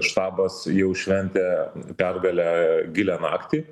štabas jau šventė pergalę gilią naktį